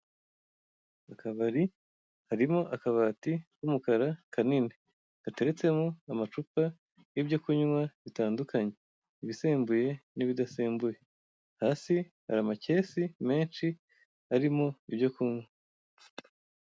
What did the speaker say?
Mu kabari harimo akabati k'umukara kanini hateretsemo amacupa yibyo kunywa bitandukanye ibisembuye n'ibidasembuye hasi hari amakesi menshi arimo ibyo kunywa.